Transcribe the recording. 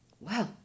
Wow